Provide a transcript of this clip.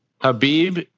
Habib